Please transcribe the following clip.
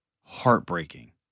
Heartbreaking